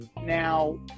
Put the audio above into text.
Now